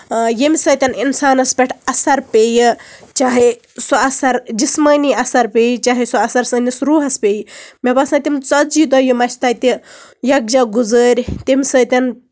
آ ییٚمہِ سۭتۍ اِنسانَس پیٚٹھ اَثر پیٚیہِ چاہے سُہ اَثر جِسمٲنی اَثر پیٚیہِ چاہے سُہ اَثر سٲنِس روٗحس پیٚیہِ مےٚ باسان تِم ژَتجی دۄہ یِم اَسہِ تَتہِ یِکجاہ گُزٲرۍ تٔمہِ سۭتۍ پیٚوو